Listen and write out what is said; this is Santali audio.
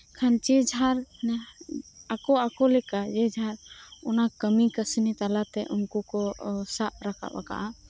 ᱠᱷᱟᱱ ᱡᱮ ᱡᱟᱨ ᱟᱠᱩ ᱟᱠᱩᱞᱮᱠᱟ ᱡᱮ ᱡᱟᱨ ᱚᱱᱟ ᱠᱟᱹᱢᱤ ᱠᱟᱹᱥᱱᱤ ᱛᱟᱞᱟᱛᱮ ᱩᱱᱠᱩ ᱠᱩ ᱥᱟᱵ ᱨᱟᱠᱟᱵ ᱟᱠᱟᱫᱟ